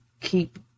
keep